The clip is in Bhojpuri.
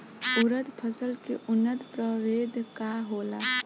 उरद फसल के उन्नत प्रभेद का होला?